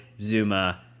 Zuma